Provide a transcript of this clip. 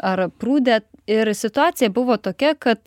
ar prūde ir situacija buvo tokia kad